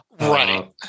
Right